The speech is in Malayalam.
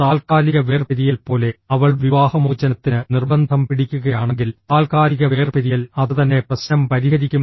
താൽക്കാലിക വേർപിരിയൽ പോലെ അവൾ വിവാഹമോചനത്തിന് നിർബന്ധം പിടിക്കുകയാണെങ്കിൽ താൽക്കാലിക വേർപിരിയൽ അത് തന്നെ പ്രശ്നം പരിഹരിക്കും